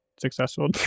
successful